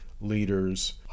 leaders